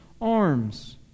arms